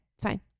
fine